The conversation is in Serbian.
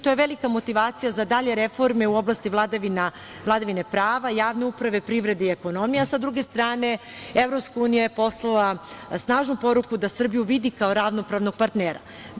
To je velika motivacija za dalje reforme u oblasti vladavine prava i javne uprave, privrede i ekonomije, a sa druge strane EU je poslala snažnu poruku da Srbiju vidi kao ravnopravnog partnera.